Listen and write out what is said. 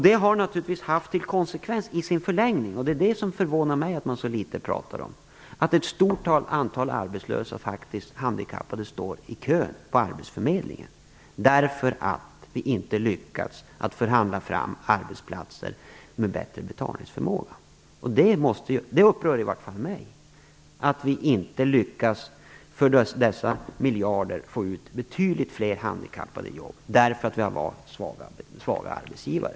Det har naturligtvis i sin förlängning haft till konsekvens - det förvånar mig att man pratar så litet om det - att ett stort antal arbetslösa handikappade står i kö på arbetsförmedlingen därför att vi inte lyckats förhandla fram arbetsplatser med bättre betalningsförmåga. Det upprör i varje fall mig att vi för dessa miljarder inte har lyckats få ut betydligt fler handikappade i jobb, bara därför att vi har valt svaga arbetsgivare.